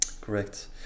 correct